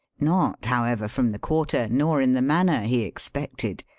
not, however, from the quarter nor in the manner he expected.